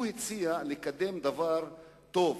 הוא הציע לקדם דבר טוב,